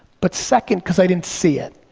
but second, cause i didn't see it.